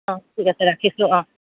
অঁ ঠিক আছে ৰাখিছোঁ অঁ